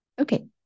Okay